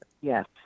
Yes